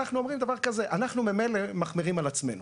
אנחנו אומרים דבר כזה - אנחנו ממילא מחמירים על עצמנו.